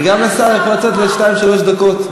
והשר גם יכול לצאת לשתיים-שלוש דקות.